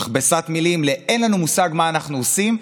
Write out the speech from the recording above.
במכבסת מילים: אין לנו מושג מה אנחנו עושים,